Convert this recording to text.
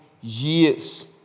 years